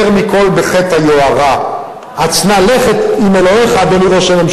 מה הוא אמר בריאיון לכתבת תמר אלמוג בערוץ-1?